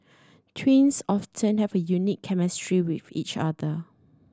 twins often have a unique chemistry with each other